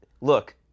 Look